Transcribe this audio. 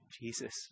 Jesus